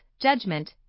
judgment